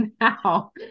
now